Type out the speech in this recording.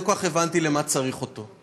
לא כל כך הבנתי למה צריך אותו.